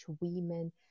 women